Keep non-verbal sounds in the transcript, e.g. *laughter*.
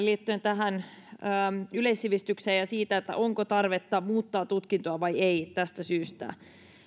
*unintelligible* liittyen yleissivistykseen ja siihen onko tarvetta muuttaa tutkintoa vai ei tästä syystä